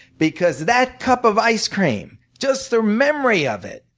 because that cup of ice cream, just the memory of it,